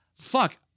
fuck